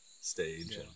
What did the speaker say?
stage